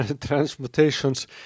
transmutations